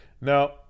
Now